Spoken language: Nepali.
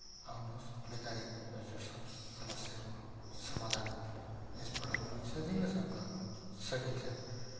आउनुहोस् बेकारीको समस्याको समाधान यसबाट पनि सजिलैसँग गर्न सकिन्छ